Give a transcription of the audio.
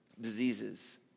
diseases